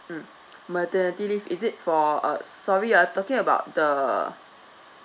mm maternity leave is it for uh sorry ah talking about the